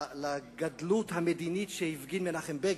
לגדלות המדינית שהפגין מנחם בגין,